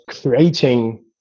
creating